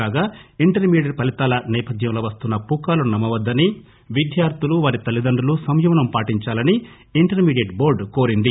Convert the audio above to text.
కాగా ఇంటర్మీడియెట్ ఫలితాల నేపథ్యంలో వస్తున్న పుకార్లను నమ్మవద్దని విద్యార్టులు వారి తల్లిదండ్రులు సంయమనం పాటించాలని ఇంటర్మీడియెట్ టోర్డు కోరింది